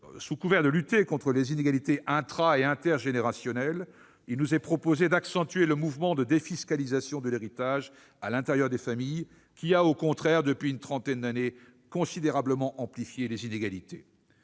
sous couvert de lutter contre les inégalités intra et intergénérationnelles, il nous est proposé d'accentuer le mouvement de défiscalisation de l'héritage à l'intérieur des familles, qui a au contraire, depuis une trentaine d'années, considérablement amplifié les inégalités.